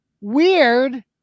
Weird